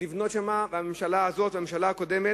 לבנות שם, בזמן הממשלה הזאת ובזמן הממשלה הקודמת.